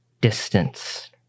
distance